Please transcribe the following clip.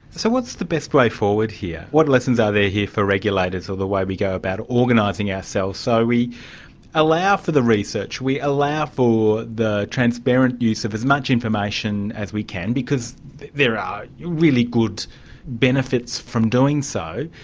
so what's the best way forward here? what lessons are there here for regulators, or the way we go about organising ourselves? so we allow for the research, we allow for the transparent use of as much information as we can, because there are really good benefits from doing so,